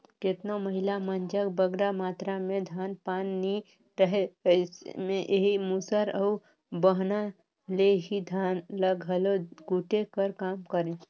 केतनो महिला मन जग बगरा मातरा में धान पान नी रहें अइसे में एही मूसर अउ बहना ले ही धान ल घलो कूटे कर काम करें